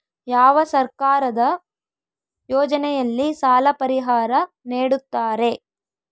ಯಾವ ಸರ್ಕಾರದ ಯೋಜನೆಯಲ್ಲಿ ಸಾಲ ಪರಿಹಾರ ನೇಡುತ್ತಾರೆ?